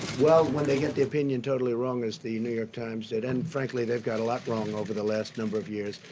well, when they get the opinion totally wrong as the new york times did and frankly they've got a lot wrong over the last number of years,